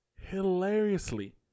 hilariously